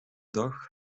dag